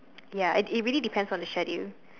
ya it it really depends on the schedule